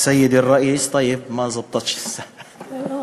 סיד א-ראיס, טייב, תרגום.